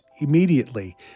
immediately